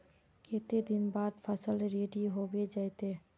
केते दिन बाद फसल रेडी होबे जयते है?